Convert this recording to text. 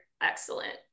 excellent